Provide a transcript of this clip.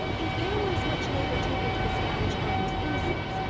if there were as much labour taken to establish arthur's innocence,